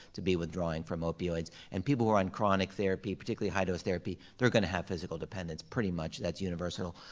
to be withdrawing from opioids. and people who are on chronic therapy, particularly high-dose therapy, they're gonna have physical dependence, pretty much that's universal.